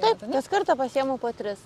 taip kas kartą pasiimu po tris